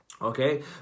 Okay